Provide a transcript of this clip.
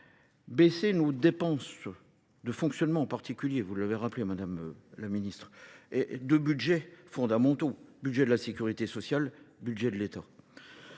Baisser nos dépenses de fonctionnement en particulier, vous l'avez rappelé Madame la Ministre, de budget fondamentaux, budget de la sécurité sociale, budget de l'État.